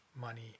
money